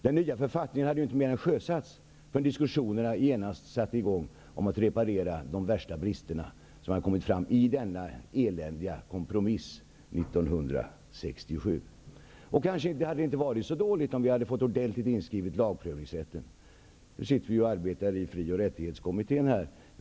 Den nya författningen hade inte mer än sjösatts förrän diskussionerna genast satte igång om att reparera de värsta bristerna i denna eländiga kompromiss från 1967. Det hade kanske inte varit så dåligt om lagprövningsrätten hade blivit inskriven. Nu sitter fri och rättighetskommittén och arbetar med frågan.